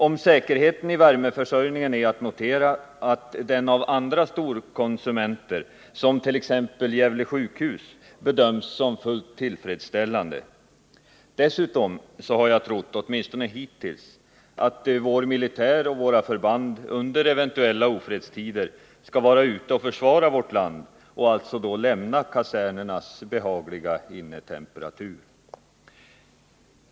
Om säkerheten i värmeförsörjningen är att notera att den av andra storkonsumenter, t.ex. Gävle sjukhus, bedöms som fullt tillfredsställande. Dessutom har jag trott — åtminstone hittills — att vår militär och våra förband under eventuella ofredstider skulle vara ute och försvara vårt land och alltså lämna kasernernas behagliga innetemperatur.